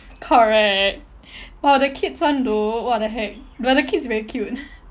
correct !wah! the kids one though what the heck but the kids very cute